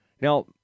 Now